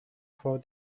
for